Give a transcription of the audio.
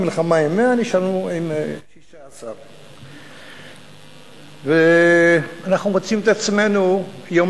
התחלנו את המלחמה עם 100 ונשארנו עם 16. ואנחנו מוצאים את עצמנו יום